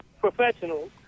professionals